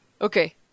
okay